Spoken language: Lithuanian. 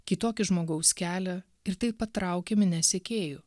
kitokį žmogaus kelią ir taip patraukė minias sekėjų